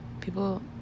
People